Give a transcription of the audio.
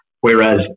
Whereas